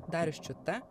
darius čiuta